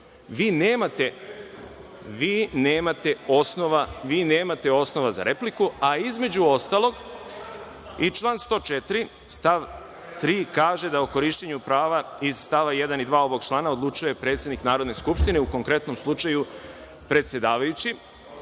nemate osnova za repliku. Između ostalog, član 104. stav 3. kaže da o korišćenju prava iz stava 1. i 2. ovog člana odlučuje predsednik Narodne skupštine, u konkretnom slučaju predsedavajući. Gospodine